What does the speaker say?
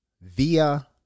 via